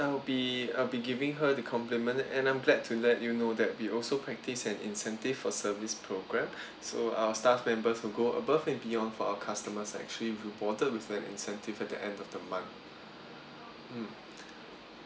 I'll be I'll be giving her the compliment and I'm glad to let you know that we also practice an incentive for service program so our staff member who go above and beyond for our customers are actually rewarded with an incentive at the end of the month mm